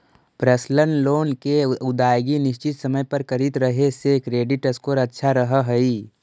personal loan के अदायगी निश्चित समय पर करित रहे से क्रेडिट स्कोर अच्छा रहऽ हइ